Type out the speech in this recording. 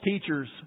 teachers